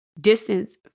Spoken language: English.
Distance